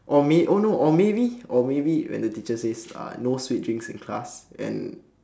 or may~ oh no or maybe or maybe when the teacher uh says no sweet drinks in class and